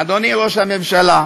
אדוני ראש הממשלה,